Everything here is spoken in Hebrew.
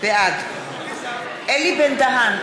בעד אלי בן-דהן,